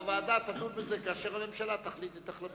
והוועדה תדון בזה כאשר הממשלה תחליט את החלטתה.